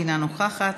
אינה נוכחת,